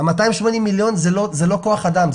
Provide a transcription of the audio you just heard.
ה-280 מיליון, זה לא כוח אדם.